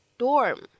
dorm